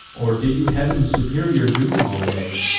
or did you heav'n's superior doom obey?